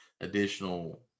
additional